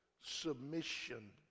submission